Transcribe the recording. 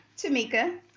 tamika